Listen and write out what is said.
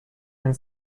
and